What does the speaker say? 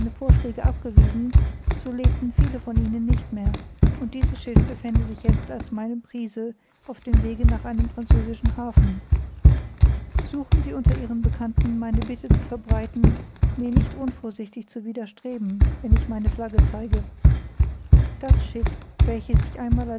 vorschläge abgewiesen so lebten viele von ihnen nicht mehr und dieses schiff befände sich jetzt als meine prise auf dem wege nach einem französischen hafen suchen sie unter ihren bekannten meine bitte zu verbreiten mir nicht unvorsichtig zu widerstreben wenn ich meine flagge zeige das schiff welches ich einmal